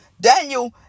Daniel